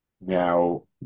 Now